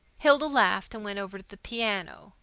hilda laughed and went over to the piano.